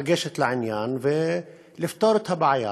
לגשת לעניין ולפתור את הבעיה.